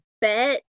bet